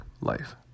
life